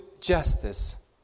justice